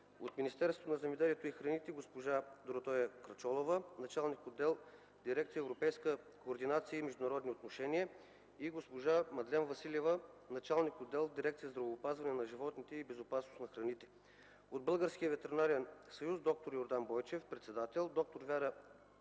от Министерството на земеделието и храните – госпожа Доротея Крачолова, началник отдел в дирекция „Европейска координация и международни отношения”, и госпожа Мадлен Василева, началник отдел в дирекция „Здравеопазване на животните и безопасност на храните”; от Българския ветеринарен съюз – д-р Йордан Бойчев, председател, д-р Вяра Гришина